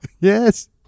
Yes